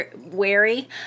wary